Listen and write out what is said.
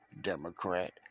Democrat